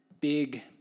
big